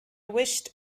wished